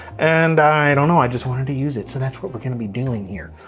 and i don't know, i just wanted to use it, so that's what we're gonna be doing here.